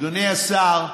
אדוני השר,